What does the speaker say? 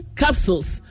capsules